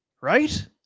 Right